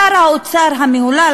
שר האוצר המהולל,